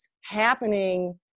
happening